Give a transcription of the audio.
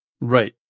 right